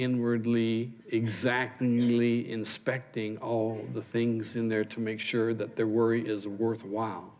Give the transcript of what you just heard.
inwardly exactly neatly inspecting all the things in there to make sure that their worry is worthwhile